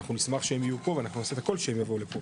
אנחנו נשמח שהם יהיו פה ואנחנו נעשה את הכול שהם יבואו לפה,